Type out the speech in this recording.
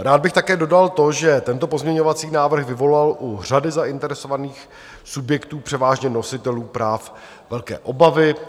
Rád bych také dodal to, že tento pozměňovací návrh vyvolal u řady zainteresovaných subjektů, převážně nositelů práv, velké obavy.